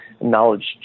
knowledge